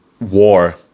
war